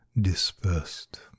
dispersed